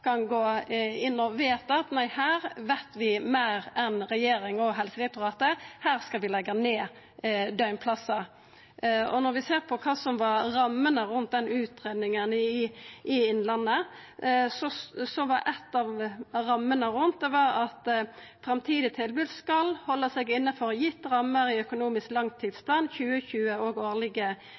kan gå inn og vedta at her veit ein meir enn regjeringa og Helsedirektoratet, her skal ein leggja ned døgnplassar. Når vi ser på kva som var rammene rundt den utgreiinga i Innlandet, var ei av rammene at det framtidige tilbodet skal halda seg innanfor gitte rammer i Økonomisk langtidsplan 2020 og årlege